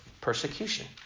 persecution